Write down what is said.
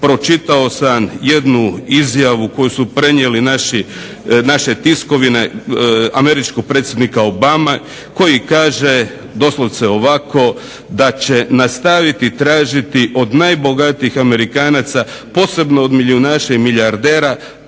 pročitao sam jednu izjavu koju su prenijele naše tiskovine američkog predsjednika Obame koji kaže doslovce ovako, da će nastaviti tražiti od najbogatijih Amerikanaca, posebno od milijunaša i milijardera